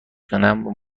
کنم